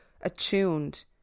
attuned